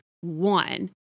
one